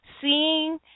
seeing